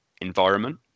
environment